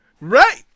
right